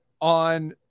on